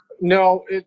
no